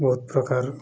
ବହୁତ ପ୍ରକାର